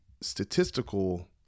statistical